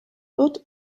wird